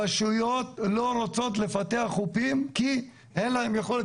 רשויות לא רוצות לפתח חופים כי אין להן יכולת